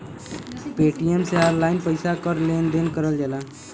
Paytm से online पइसा क लेन देन करल जाला